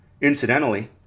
Incidentally